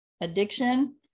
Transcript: addiction